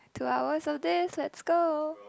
two hours of this let's go